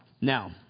Now